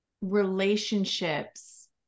relationships